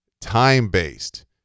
time-based